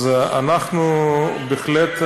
אז אנחנו בהחלט,